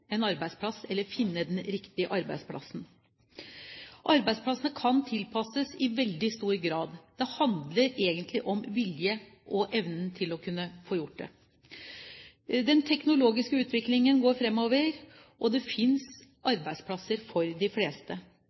en arbeidsplass eller å finne den riktige arbeidsplassen. Arbeidsplassene kan tilpasses i veldig stor grad. Det handler egentlig om viljen og evnen til å kunne få gjort det. Den teknologiske utviklingen går fremover, og det finnes arbeidsplasser for de fleste.